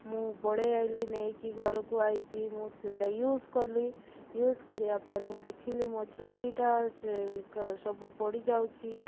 ମୁଁ ପଳେଇ ଆଇଲି ନେଇକି ଘରକୁ ଆଇଚି ମୁଁ ସେଇଟା ୟୁଜ କଲି ୟୁଜ କରିବା ପରେ ମୁଁ ଦେଖିଲି ମୋ ଚୁଟିଟା ସେ ସବୁ ପଡ଼ିଯାଉଛି